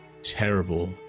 terrible